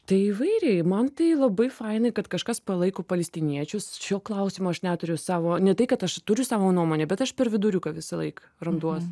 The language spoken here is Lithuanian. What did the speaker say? tai įvairiai man tai labai fainai kad kažkas palaiko palestiniečius šiuo klausimu aš neturiu savo ne tai kad aš turiu savo nuomonę bet aš per viduriuką visąlaik randuos